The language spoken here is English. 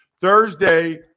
Thursday